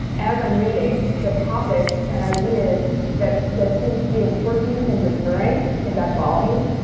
as i'm reading, the topics and ideas that that seem to be important in recurring in that volume,